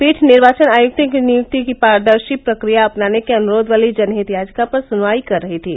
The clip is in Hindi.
पीठ निर्वाचन आयक्तों की नियुक्ति की पारदर्शी प्रक्रिया अपनान्ने के अनुरोध वाली जनहित याचिका पर सुनवाई कर रही थी